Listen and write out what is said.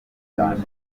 cyane